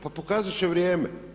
Pa pokazat će vrijeme.